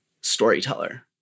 storyteller